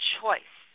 choice